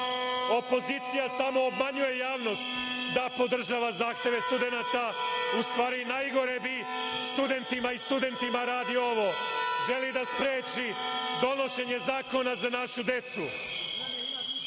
Opozicija samo obmanjuje javnost da podržava zahteve studenata. U stvari i najgore bi studentima i studentima rade ovo, žele da spreče donošenje zakona za našu